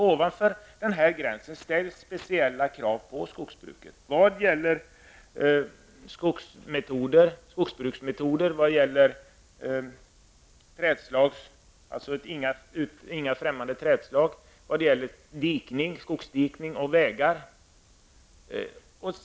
Ovanför denna gräns ställs speciella krav på skogsbruket vad gäller skogsbruksmetoder, främmande trädslag, skogsdikning och anläggning av vägar.